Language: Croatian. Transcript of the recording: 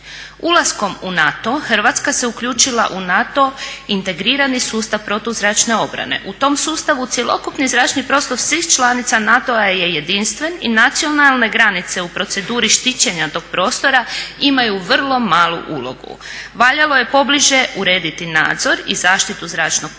Ulaskom u NATO Hrvatska se uključila u NATO integrirani sustav protuzračne obrane. U tom sustavu cjelokupni zračni prostor svih članica NATO-a je jedinstven i nacionalne granice u proceduri štićenja tog prostora imaju vrlo malu ulogu. Valjalo je pobliže urediti nadzor i zaštitu zračnog prostora